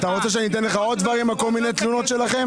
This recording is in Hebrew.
אתה רוצה שאני אתן לך עוד דברים על כל מיני תלונות שלכם?